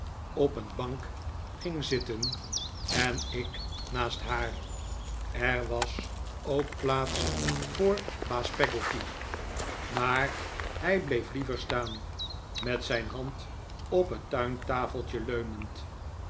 op een bank ging zitten en ik naast haar er was ook plaats voor baas peggotty maar hij bleef liever staan met zijn hand op het tuintafeltje leunend